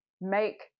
make